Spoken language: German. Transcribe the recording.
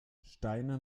steine